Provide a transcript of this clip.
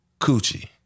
coochie